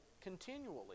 continually